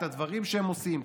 את הדברים שהם עושים,